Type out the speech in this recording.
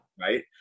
Right